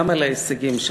גם על ההישגים שתשיג.